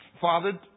fathered